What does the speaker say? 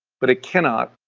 but, it cannot,